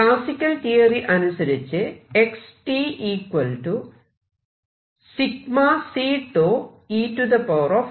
classical theory അനുസരിച്ച് ഇവിടെ C𝞃 എന്നത് ആംപ്ലിട്യൂഡ് ആണ്